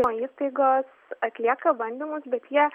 o įstaigos atlieka bandymus bet jie